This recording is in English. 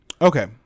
Okay